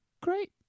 Great